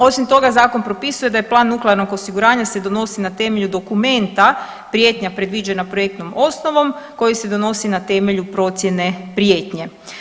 Osim toga zakon propisuje da je plan nuklearnog osiguranja se donosi na temelju dokumenta prijetnja predviđena projektnom osnovom koja se donosi na temelju procijene prijetnje.